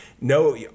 no